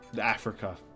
Africa